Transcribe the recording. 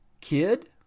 kid